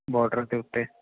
border ਦੇ ਉੱਤੇ